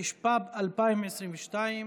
התשפ"ב 2022,